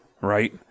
right